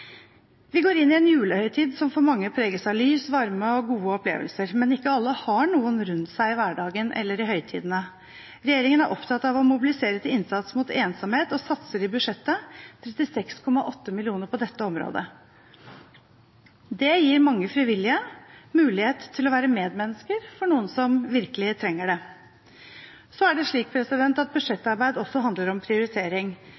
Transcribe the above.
vi prioriterer kvinners forebyggende helse. Vi går inn i en julehøytid som for mange preges av lys, varme og gode opplevelser. Men ikke alle har noen rundt seg i hverdagen eller i høytidene. Regjeringen er opptatt av å mobilisere til innsats mot ensomhet og satser i budsjettet 36,8 mill. kr på dette området. Det gir mange frivillige mulighet til å være medmennesker for noen som virkelig trenger det. Budsjettarbeid handler også om prioritering.